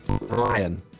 Ryan